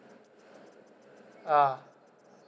ah